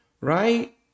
right